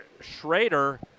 Schrader